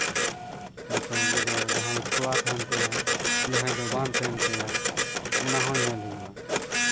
ᱡᱚᱛᱚ ᱜᱚᱜᱚ ᱫᱚ ᱡᱟᱦᱟᱸᱭ ᱛᱚᱣᱟ ᱛᱟᱦᱮᱱ ᱛᱟᱭᱟ ᱡᱟᱦᱟᱸᱭ ᱫᱚ ᱵᱟᱝ ᱛᱟᱦᱮᱱ ᱛᱟᱭᱟ ᱚᱱᱟᱦᱚᱸ ᱧᱮᱞ ᱦᱩᱭᱩᱜᱼᱟ